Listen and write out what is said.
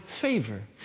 favor